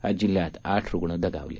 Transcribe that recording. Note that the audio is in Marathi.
आज जिल्ह्यात आठ रुग्ण दगावले